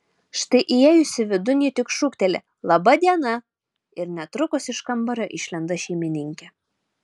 štai įėjusi vidun ji tik šūkteli laba diena ir netrukus iš kambario išlenda šeimininkė